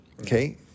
okay